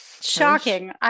Shocking